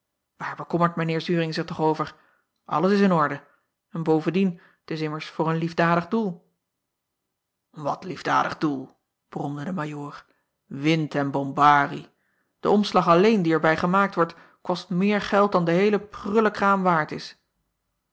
waar bekommert mijn eer uring zich toch over alles in orde en bovendien t is immers voor een liefdadig doel acob van ennep laasje evenster delen at liefdadig doel bromde de ajoor wind en bombarie e omslag alleen die er bij gemaakt wordt kost meer geld dan de heele prullekraam waard is